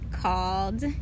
called